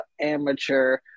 amateur